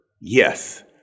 Yes